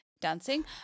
dancing